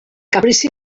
caprici